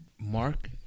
Mark